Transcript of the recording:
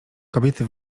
kobiety